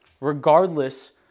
regardless